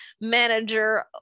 manager